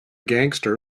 gangster